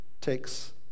takes